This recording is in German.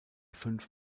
fünf